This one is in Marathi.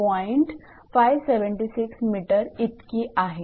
576 𝑚 इतकी आहे